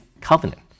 covenant